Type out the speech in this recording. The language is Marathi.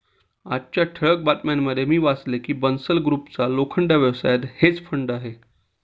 आजच्या ठळक बातम्यांमध्ये मी वाचले की बन्सल ग्रुपचा लोखंड व्यवसायात हेज फंड आहे